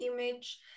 image